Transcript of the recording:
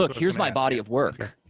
like here's my body of work.